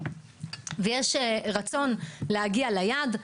ויש רצון להגיע ליעד.